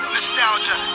Nostalgia